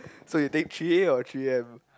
so you take three A or three M